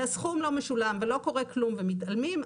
והסכום לא משולם ולא קורה כלום ומתעלמים,